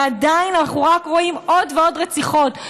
ועדיין אנחנו רק רואים עוד ועוד רציחות.